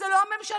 זה לא הממשלה,